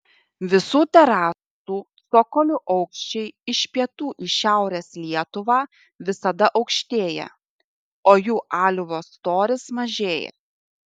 visų terasų cokolių aukščiai iš pietų į šiaurės lietuvą visada aukštėja o jų aliuvio storis mažėja